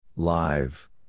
Live